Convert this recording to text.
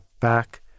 back